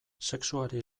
sexuari